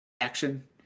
action